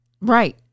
Right